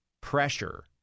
pressure